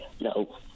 no